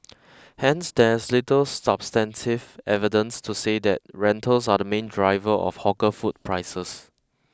hence there is little substantive evidence to say that rentals are the main driver of hawker food prices